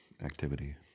activity